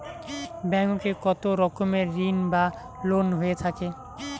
Bank এ কত রকমের ঋণ বা লোন হয়ে থাকে?